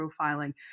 profiling